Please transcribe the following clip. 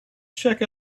check